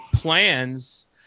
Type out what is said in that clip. Plans